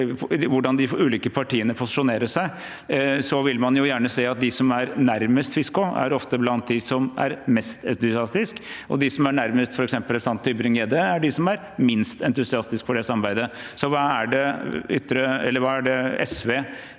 hvordan de ulike partiene posisjonerer seg, vil man gjerne se at de som er nærmest Fiskaa, ofte er blant dem som er mest entusiastiske, og de som er nærmest f.eks. representanten Tybring-Gjedde, er de som er minst entusiastiske for det samarbeidet. Så hva er det SV